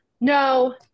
no